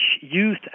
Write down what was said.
Youth